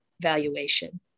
valuation